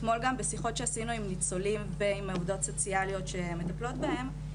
אתמול גם בשיחות שעשינו עם ניצולים ועובדות סוציאליות שמטפלות בהם,